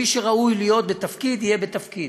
מי שראוי להיות בתפקיד יהיה בתפקיד.